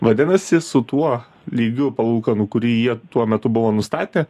vadinasi su tuo lygiu palūkanų kurį jie tuo metu buvo nustatę